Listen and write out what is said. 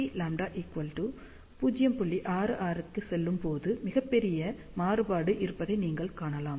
66 க்குச் செல்லும்போது மிகப் பெரிய மாறுபாடு இருப்பதை நீங்கள் காணலாம்